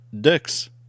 Dicks